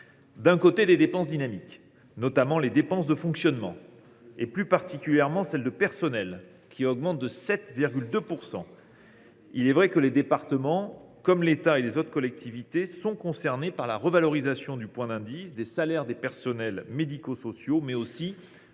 D’un côté, les dépenses sont dynamiques, notamment les dépenses de fonctionnement, plus particulièrement celles de personnel, qui augmentent de 7,2 %; il est vrai que les départements, comme l’État et les autres collectivités, sont concernés non seulement par la revalorisation du point d’indice, des salaires du personnel médico social, mais aussi